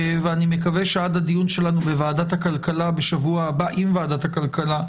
ואני מקווה שעד הדיון שלנו בשבוע הבא עם ועדת הכלכלה,